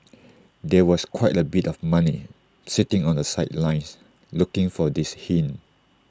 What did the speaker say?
there was quite A bit of money sitting on the sidelines looking for this hint